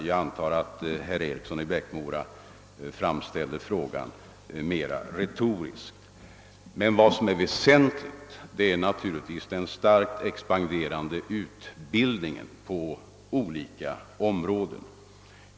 Jag antar att herr Eriksson i Bäckmora framställde frågan mera retoriskt. Vad som är väsentligt är naturligtvis den starkt expanderande utvecklingen på olika områden.